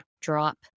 drop